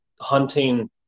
hunting